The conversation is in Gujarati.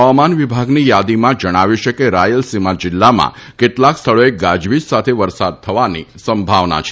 હવામાન વિભાગની યાદીમાં જણાવ્યું છે કે રાયલસીમા જીલ્લામાં કેટલાક સ્થળોએ ગાજવીજ સાથે વરસાદ થવાની સંભાવના છે